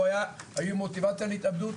או היו עם מוטיבציה להתאבדות.